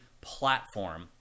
platform